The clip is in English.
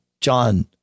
John